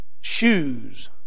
shoes